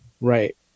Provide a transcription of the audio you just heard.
right